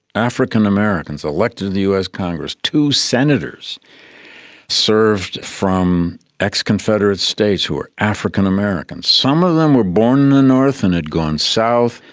african americans elected to the us congress. two senators served from ex-confederate states who were african americans. some of them were born in the north and had gone south,